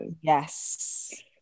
yes